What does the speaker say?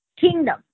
Kingdom